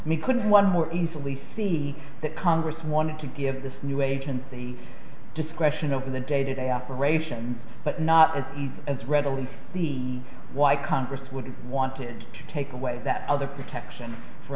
we could one more easily see that congress wanted to give this new agency discretion over the day to day operations but not as easy as readily see why congress would have wanted to take away that other protection f